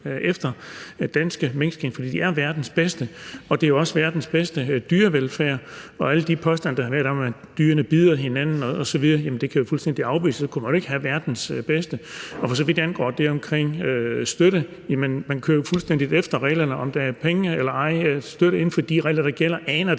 efter danske minkskind, for de er verdens bedste. Vi har også verdens bedste dyrevelfærd, og alle de påstande, der har været, om, at dyrene bider hinanden osv., kan jeg fuldstændig afvise, for så kunne man jo ikke have verdens bedste dyrevelfærd. For så vidt angår det omkring støtte, kører man jo fuldstændig efter reglerne. Om der er penge og støtte eller ej inden for de regler, der gælder, aner jeg